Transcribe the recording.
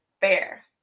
fair